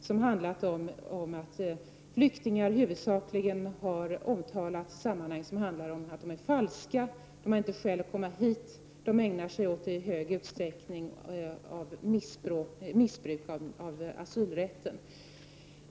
Det har låtit som om flyktingarna i allmänhet skulle vara falska, de har inte skäl att komma hit, de ägnar sig i stor utsträckning åt missbruk av asylrätten.